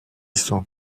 sont